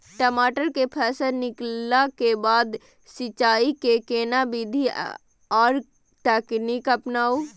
टमाटर में फल निकलला के बाद सिंचाई के केना विधी आर तकनीक अपनाऊ?